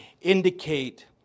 indicate